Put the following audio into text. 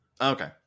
Okay